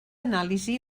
anàlisi